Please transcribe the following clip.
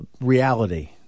reality